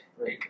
Right